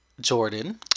Jordan